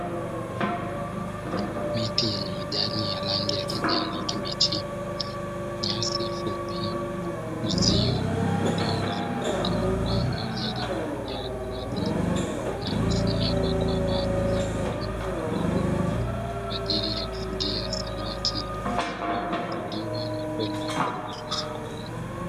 Miti yenye majani ya rangi ya kijani kibichi, nyasi fupi, uzio uliozunguka mabwawa yaliyojaa maji na kufunikwa kwa wavu wenye matundu madogo, kwa ajili ya kufugia samaki ambao huvuliwa na kwenda kuuzwa sokoni.